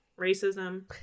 Racism